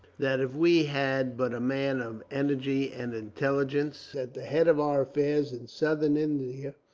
that if we had but a man of energy and intelligence at the head of our affairs in southern india,